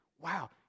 Wow